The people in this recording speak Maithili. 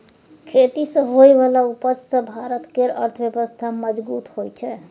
खेती सँ होइ बला उपज सँ भारत केर अर्थव्यवस्था मजगूत होइ छै